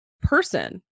person